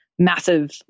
massive